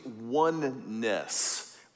oneness